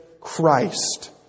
Christ